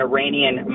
Iranian